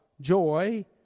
joy